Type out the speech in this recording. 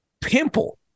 pimple